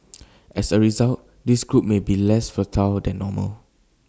as A result this group may be less fertile than normal